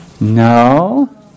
No